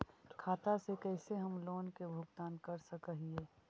खाता से कैसे हम लोन के भुगतान कर सक हिय?